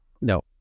No